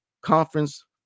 Conference